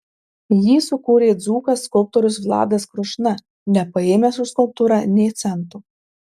jį sukūrė dzūkas skulptorius vladas krušna nepaėmęs už skulptūrą nė cento